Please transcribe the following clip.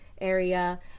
area